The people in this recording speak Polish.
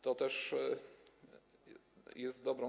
To też jest dobre.